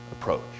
approach